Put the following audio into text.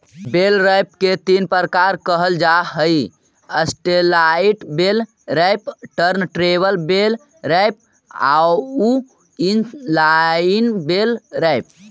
बेल wrapper के तीन प्रकार कहल जा हई satellite bale wrapper, turntable bale wrapper आउ इन लाइन बेल रैपर